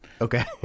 Okay